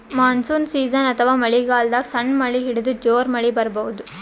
monsoon season ಅಥವಾ ಮಳಿಗಾಲದಾಗ್ ಸಣ್ಣ್ ಮಳಿ ಹಿಡದು ಜೋರ್ ಮಳಿ ಬರಬಹುದ್